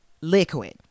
Liquid